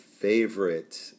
favorite